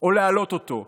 או להעלות אותו?